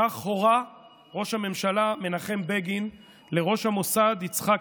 כך הורה ראש הממשלה מנחם בגין לראש המוסד יצחק